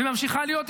וממשיכה להיות יזמית.